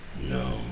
No